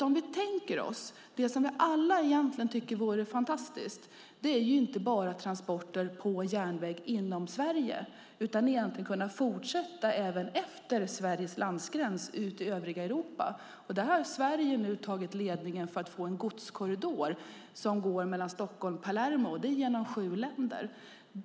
Om vi tänker oss det som vi alla egentligen tycker vore fantastiskt är det inte bara transporter på järnväg inom Sverige. Det handlar också om att kunna fortsätta även efter Sveriges landgräns ut i övriga Europa. Där har Sverige nu tagit ledningen för att få en godskorridor som går mellan Stockholm och Palermo. Det är genom sju länder.